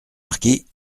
marquis